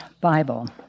Bible